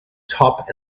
top